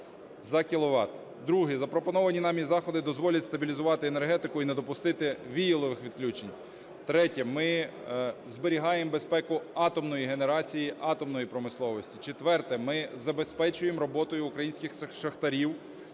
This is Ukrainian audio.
Друге. Запропоновані нами заходи дозволять стабілізувати енергетику і не допустити віялових відключень. Третє. Ми зберігаємо безпеку атомної генерації, атомної промисловості. Четверте. Ми забезпечуємо роботою українських шахтарів